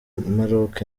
maroc